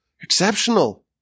exceptional